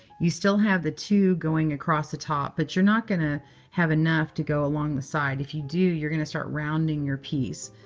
you still have the two going across the top, but you're not going to have enough to go along the side. if you do, you're going to start rounding your piece.